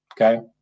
Okay